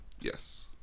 Yes